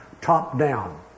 top-down